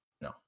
No